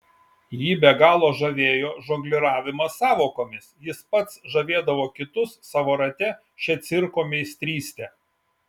jį be galo žavėjo žongliravimas sąvokomis jis pats žavėdavo kitus savo rate šia cirko meistryste